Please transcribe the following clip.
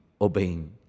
obeying